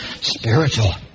spiritual